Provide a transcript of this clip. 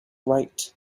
right